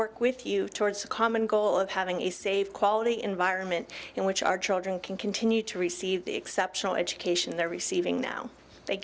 work with you towards a common goal of having a save quality environment in which our children can continue to receive the exceptional education they're receiving